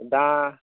दा